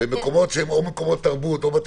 במקומות שהם מקומות תרבות או בתי כנסת.